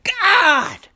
God